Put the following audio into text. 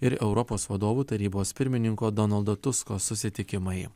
ir europos vadovų tarybos pirmininko donaldo tusko susitikimai